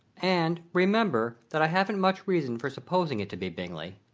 and, remember, that i haven't much reason for supposing it to be bingley.